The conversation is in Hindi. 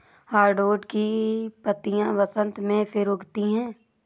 हार्डवुड की पत्तियां बसन्त में फिर उगती हैं